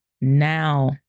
now